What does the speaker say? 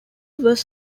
was